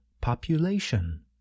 population